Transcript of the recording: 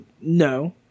no